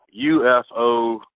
UFO